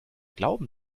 glauben